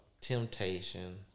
temptation